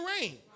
rain